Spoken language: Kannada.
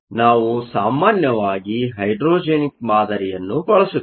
ನಾವು ಸಾಮಾನ್ಯವಾಗಿ ಹೈಡ್ರೋಜೆನಿಕ್ ಮಾದರಿಯನ್ನು ಬಳಸುತ್ತೇವೆ